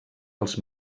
els